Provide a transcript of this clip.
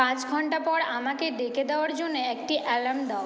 পাঁচ ঘন্টা পর আমাকে ডেকে দেওয়ার জন্যে একটি অ্যালার্ম দাও